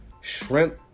shrimp